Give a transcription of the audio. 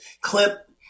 clip